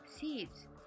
Seeds